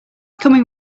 coming